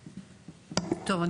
טוב,